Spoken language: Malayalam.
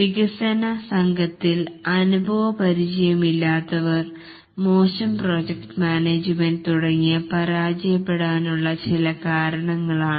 വികസന സംഘത്തിൽ അനുഭവ പരിചയം ഇല്ലാത്തവർ മോശം പ്രോജക്ട് മാനേജ്മെൻറ് തുടങ്ങിയ പരാജയപ്പെടാനുള്ള ചില കാരണങ്ങളാണ്